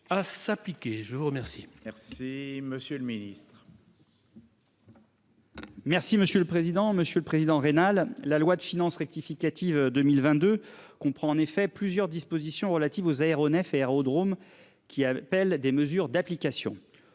à s'appliquer. Je vous remercie. Merci Monsieur le Ministre. Merci monsieur le président. Monsieur le Président rénale. La loi de finances rectificative 2022 comprend en effet plusieurs dispositions relatives aux aéronefs et aérodromes qui appelle des mesures d'application